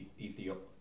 Ethiopia